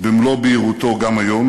במלוא בהירותו גם היום: